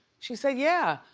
she said, yeah.